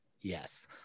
Yes